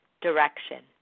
direction